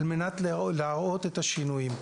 על מנת להראות את השינויים.